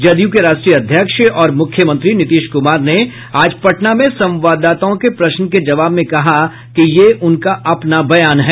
जदयू के राष्ट्रीय अध्यक्ष और मुख्यमंत्री नीतीश कुमार ने आज पटना में संवाददाताओं के प्रश्न के जवाब में कहा कि ये उनका अपना बयान है